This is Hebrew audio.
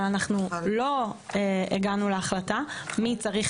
אבל אנחנו לא הגענו להחלטה מי צריך